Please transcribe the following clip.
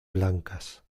blancas